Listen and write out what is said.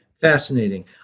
Fascinating